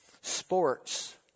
sports